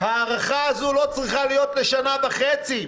ההארכה הזו לא צריכה להיות לשנה וחצי.